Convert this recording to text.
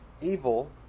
evil